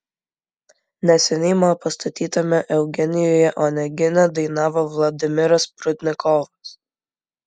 neseniai mano pastatytame eugenijuje onegine dainavo vladimiras prudnikovas